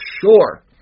sure